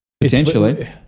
potentially